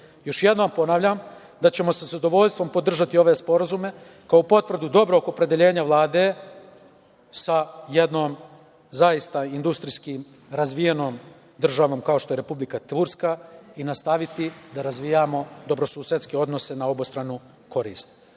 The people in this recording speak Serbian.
jednom ponavljam da ćemo sa zadovoljstvom podržati ove sporazume kao potvrdu dobrog opredeljenja Vlade sa jednom zaista industrijski razvijenom državom, kao što je Republika Turska i nastaviti da razvijamo dobrosusedske odnose na obostranu korist. Raduje